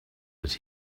that